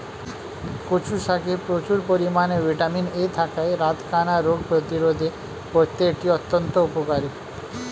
কচু শাকে প্রচুর পরিমাণে ভিটামিন এ থাকায় রাতকানা রোগ প্রতিরোধে করতে এটি অত্যন্ত উপকারী